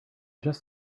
just